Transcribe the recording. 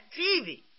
TV